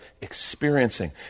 experiencing